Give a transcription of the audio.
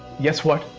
yes what!